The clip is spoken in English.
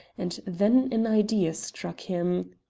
and then an idea struck him.